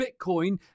Bitcoin